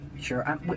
Sure